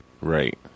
Right